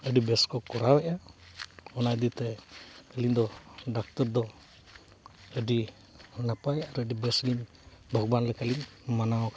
ᱟᱹᱰᱤ ᱵᱮᱥ ᱠᱚ ᱠᱚᱨᱟᱣᱮᱜᱼᱟ ᱚᱱᱟ ᱤᱫᱤ ᱛᱮ ᱟᱹᱞᱤᱧ ᱫᱚ ᱰᱟᱠᱛᱚᱨ ᱫᱚ ᱟᱹᱰᱤ ᱱᱟᱯᱟᱭ ᱟᱨ ᱟᱹᱰᱤ ᱵᱮᱥ ᱞᱤᱧ ᱵᱷᱚᱜᱚᱵᱟᱱ ᱞᱮᱠᱟ ᱞᱤᱧ ᱢᱟᱱᱟᱣ ᱟᱠᱟᱫ ᱠᱚᱣᱟ